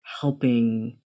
Helping